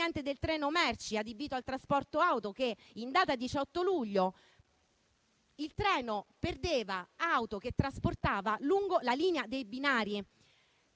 del treno merci adibito al trasporto auto, che in data 18 luglio ha perso le auto che trasportava lungo la linea dei binari, e